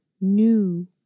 new